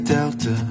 Delta